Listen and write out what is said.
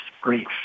grief